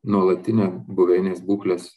nuolatinę buveinės būklės